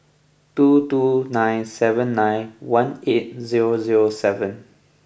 two two nine seven nine one eight zero zero seven